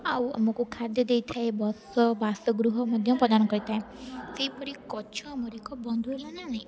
ଆଉ ଆମକୁ ଖାଦ୍ୟ ଦେଇଥାଏ ବସ ବାସଗୃହ ମଧ୍ୟ ପ୍ରଦାନ କରିଥାଏ ସେହିପରି ଗଛ ଆମର ଏକ ବନ୍ଧୁ ହେଲା ନାହିଁ